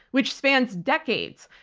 which spans decades,